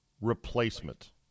replacement